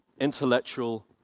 intellectual